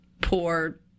poor